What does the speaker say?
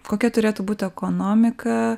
kokia turėtų būti ekonomika